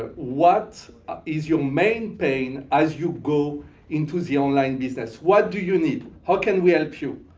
ah what is your main pain as you go into the online business? what do you need? how can we help you?